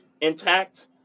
intact